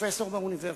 פרופסור באוניברסיטה.